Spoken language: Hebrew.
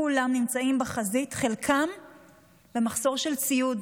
כולם נמצאים בחזית, חלקם במחסור של ציוד,